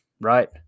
right